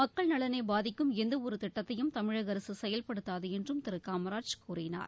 மக்கள் நலனை பாதிக்கும் எந்தவொரு திட்டத்தையும் தமிழக அரசு செயவ்படுத்தாது என்றும் திரு காமராஜ் கூறினார்